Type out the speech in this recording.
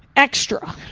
extra.